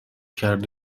کرد